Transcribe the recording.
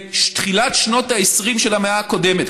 בתחילת שנות ה-20 של המאה הקודמת.